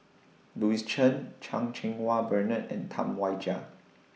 Louis Chen Chan Cheng Wah Bernard and Tam Wai Jia